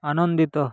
ଆନନ୍ଦିତ